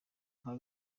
nka